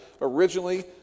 Originally